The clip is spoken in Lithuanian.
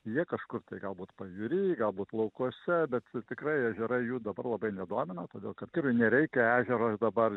jie kažkur tai galbūt pajūry galbūt laukuose bet tikrai ežerai jų dabar labai nedomina todėl kad kirui nereikia ežero ir dabar